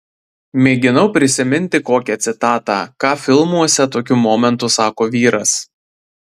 mėginau prisiminti kokią citatą ką filmuose tokiu momentu sako vyras